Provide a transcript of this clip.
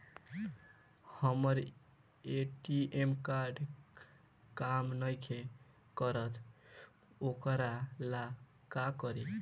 हमर ATM card काम नईखे करत वोकरा ला का करी?